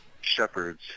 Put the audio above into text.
Shepherds